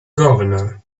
governor